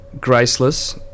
Graceless